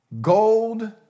gold